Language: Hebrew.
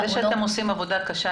אין לי ספק שאתם עושים עבודה קשה.